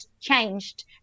changed